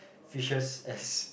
fishers as